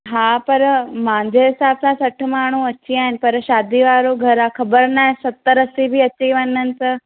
हा पर मुंहिंजे हिसाब सां सठि माण्हूं अची विया आहिनि पर शादी वारो घरु आहे ख़बर न आहे सतरि असी बि अची वञनि त